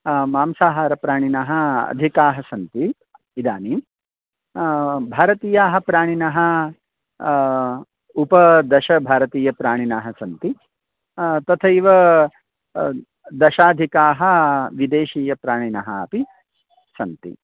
मांसाहारप्राणिनः अधिकाः सन्ति इदानीम् भारतीयाः प्राणिनः उपदशभारतीयप्राणिनः सन्ति तथैव दशाधिकाः विदेशीयप्राणिनः अपि सन्ति